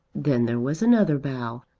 then there was another bow,